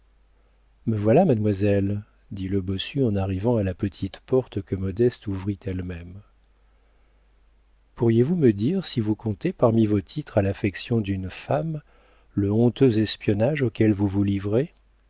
me voilà mademoiselle dit le bossu en arrivant à la petite porte que modeste ouvrit elle-même pourriez-vous me dire si vous comptez parmi vos titres à l'affection d'une femme le honteux espionnage auquel vous vous livrez